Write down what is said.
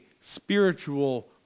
spiritual